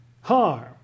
harm